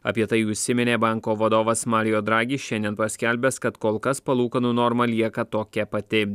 apie tai užsiminė banko vadovas mario dragis šiandien paskelbęs kad kol kas palūkanų norma lieka tokia pati